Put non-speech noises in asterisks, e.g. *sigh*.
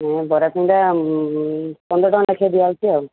*unintelligible* ବରା ସିଙ୍ଗଡ଼ା ପନ୍ଦର ଟଙ୍କା ଲେଖାଏଁ ଦିଆହେଉଛି ଆଉ